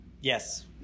Yes